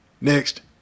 next